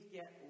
get